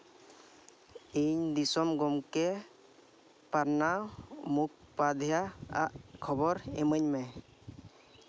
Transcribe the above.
ᱤᱧ ᱫᱤᱥᱚᱢ ᱜᱚᱢᱠᱮ ᱯᱨᱟᱱᱟᱣ ᱢᱩᱠᱷᱯᱟᱫᱽᱫᱷᱟᱭᱟᱣᱟᱜ ᱠᱷᱚᱵᱚᱨ ᱤᱢᱟᱹᱧ ᱢᱮ